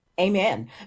Amen